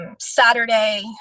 Saturday